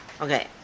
Okay